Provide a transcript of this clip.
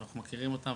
ואנחנו מכירים אותם,